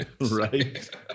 Right